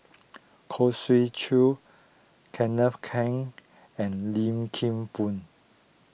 Khoo Swee Chiow Kenneth Keng and Lim Kim Boon